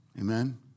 Amen